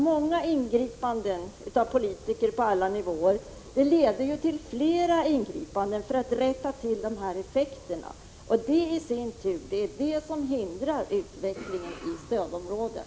Många ingripanden från politiker på alla nivåer leder ju till flera ingripanden för att rätta till effekterna av dem som tidigare gjorts, och det är det som i sin tur hindrar utvecklingen i stödområden.